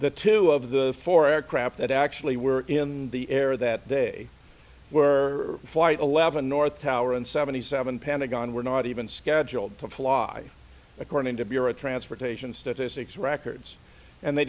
the two of the four aircraft that actually were in the air that day were flight eleven north tower and seventy seven pentagon were not even scheduled to fly according to bureau of transportation statistics records and they